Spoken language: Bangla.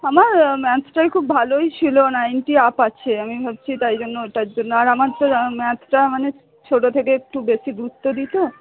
আমার ম্যাথসটায় খুব ভালোই ছিল নাইনটি আপ আছে আমি হচ্ছি তাই জন্য ওটার জন্য আর আমার ম্যাথসটা মানে ছোটো থেকে একটু বেশি বুঝতে দিত